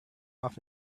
off